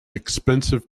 expensive